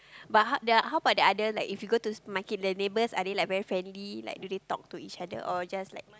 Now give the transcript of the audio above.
but how that how about that the other if you go to the market are the neighbor are they very friendly like they talk to each other like that